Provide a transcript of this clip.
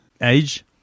Age